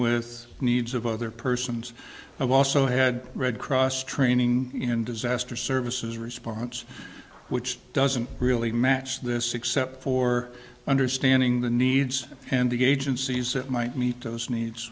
with the needs of other persons have also had red cross training in disaster services response which doesn't really match this except for understanding the needs and the gauge and sees that might meet those needs